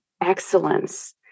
Excellence